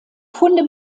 funde